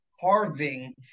carving